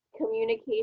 communication